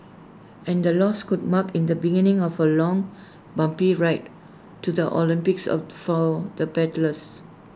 and the loss could mark in the beginning of A long bumpy ride to the Olympics of for the paddlers